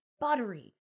buttery